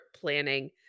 planning